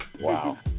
Wow